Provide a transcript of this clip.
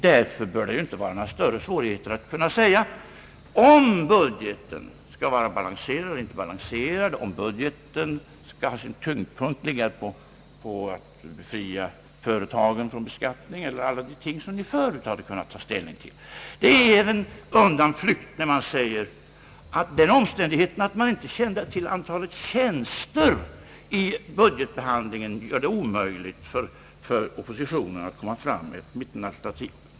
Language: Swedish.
Därför bör det inte vara några större svårigheter att säga, om budgeten skall vara balanserad eller inte balanserad, om den skall ha sin tyngdpunkt på att befria företagen från beskattning eller andra ting som ni förut kunnat ta ställning till. Det är en undanflykt att säga att den omständigheten att man vid budgetbehandlingen inte kände till antalet tjänster gör det omöjligt för oppositionen att presentera ett mittenalternativ.